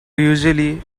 usually